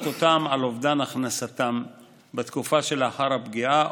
אותם על אובדן הכנסתם בתקופה שלאחר הפגיעה,